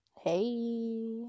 Hey